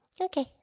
Okay